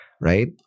Right